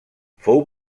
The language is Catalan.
fou